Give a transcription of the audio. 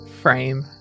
frame